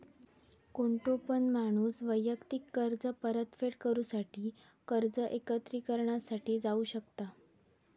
कोणतो पण माणूस वैयक्तिक कर्ज परतफेड करूसाठी कर्ज एकत्रिकरणा साठी जाऊ शकता